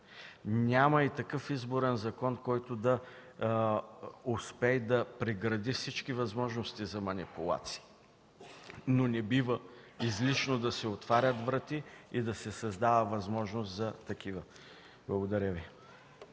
Няма и такъв Изборен закон, който да успее да прегради всички възможности за манипулации. Но не бива излишно да се отварят врати и да се създава възможност за такива. Благодаря Ви.